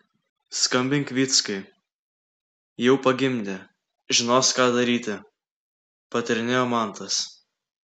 skambink vyckai jau pagimdė žinos ką daryti patarinėjo mantas